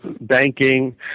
banking